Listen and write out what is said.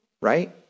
right